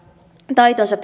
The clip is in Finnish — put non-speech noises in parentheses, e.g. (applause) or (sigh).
taitojansa (unintelligible)